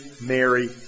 Mary